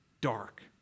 dark